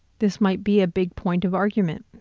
this might be a big point of argument.